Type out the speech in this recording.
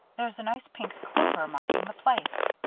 there's a nice pink clover marking the place.